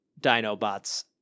Dinobots